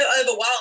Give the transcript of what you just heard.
overwhelmed